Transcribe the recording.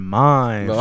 mind